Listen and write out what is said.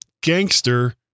gangster